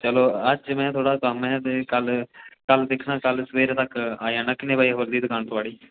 चलो अज्ज मैं थोह्ड़ा कम्म हा कल कल दिक्खना कल सबेरे तक आई जन्नां किन्ने बजे खुलदी दकान थुआढ़ी